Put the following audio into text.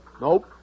Nope